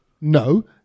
No